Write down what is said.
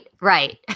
Right